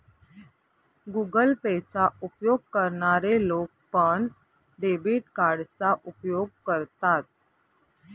Google Pay चा उपयोग करणारे लोक पण, डेबिट कार्डचा उपयोग करतात